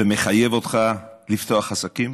ומחייב אותך לפתוח עסקים?